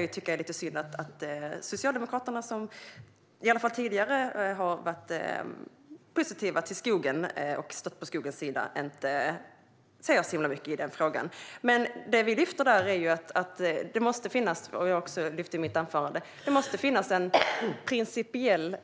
Jag tycker att det är synd att Socialdemokraterna, som i alla fall tidigare har varit positiva till skogen och stått på skogens sida, inte säger så himla mycket i frågan. Vad vi har sagt, och som jag också sa i mitt anförande, är att det måste finnas en principiell